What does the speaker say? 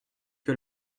que